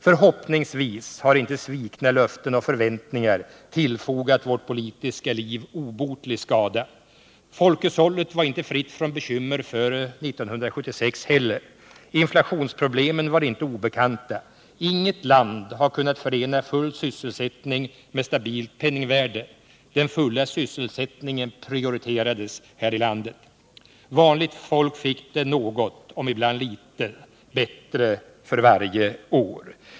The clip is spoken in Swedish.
Förhoppningsvis har inte svikna löften och förväntningar tillfogat vårt politiska liv obotlig skada. Folkhushållet var inte fritt från bekymmer före 1976 heller. Inflationsproblemen var inte obekanta. Inget land har kunnat förena full sysselsättning med stabilt penningvärde. Den fulla sysselsättningen prioriterades här i landet. Vanligt folk fick det något, om ibland litet, bättre för varje år.